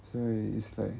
所以 it's like